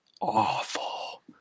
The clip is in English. awful